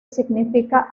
significa